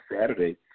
Saturday